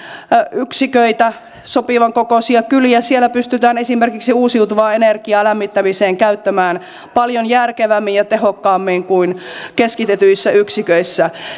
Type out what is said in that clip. yksiköitä sopivan kokoisia kyliä pystytään esimerkiksi uusiutuvaa energiaa lämmittämiseen käyttämään paljon järkevämmin ja tehokkaammin kuin keskitetyissä yksiköissä